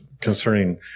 concerning